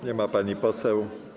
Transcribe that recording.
Nie ma pani poseł.